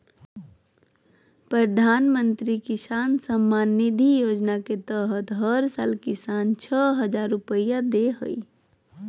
प्रधानमंत्री किसान सम्मान निधि योजना के तहत हर साल किसान, छह हजार रुपैया दे हइ